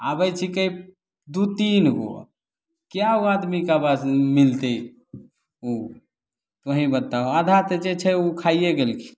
आबैत छीकै दू तीन गो कै गो आदमीके आबास मिलतै ओ तोही बताबहो आधा जे छै ओ खाइ गेलखिन